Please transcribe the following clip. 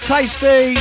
Tasty